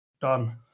done